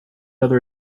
other